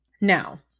Now